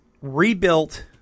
rebuilt